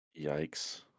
Yikes